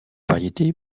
variétés